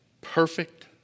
perfect